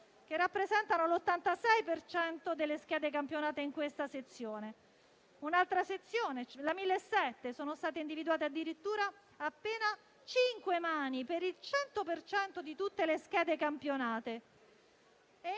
che rappresentano l'86 per cento delle schede campionate in questa sezione. In un'altra sezione, la 1.007, sono state individuate addirittura appena cinque mani per il 100 per cento di tutte le schede campionate.